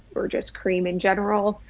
or just cream in general,